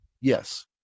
Yes